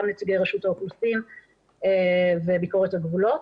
גם נציגי רשות האוכלוסין וביקורת הגבולות.